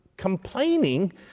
Complaining